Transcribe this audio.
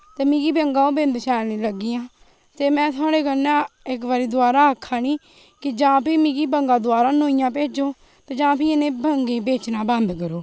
ते मिगी बंगा ओह् बेंद शैल निं लगियां ते में थुआड़े कन्नै इक बारी दुआरा आक्खा निं कि जां फिर मी बंगा दुआरा नोइयां भेजो जां फिर इनेई बंगेई बेचना बंद करो